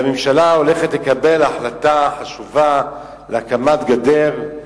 והממשלה הולכת לקבל החלטה חשובה על הקמת גדר.